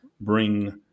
bring